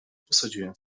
posadziłem